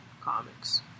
Comics